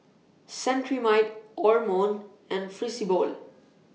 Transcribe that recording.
Cetrimide Omron and Fibrosol